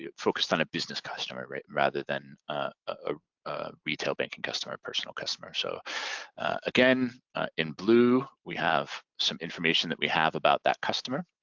yeah focused on a business customer rather than a retail banking customer or personal customer. so again in blue we have some information that we have about that customer.